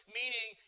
meaning